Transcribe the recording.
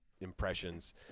impressions